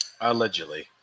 Allegedly